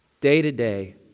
Day-to-day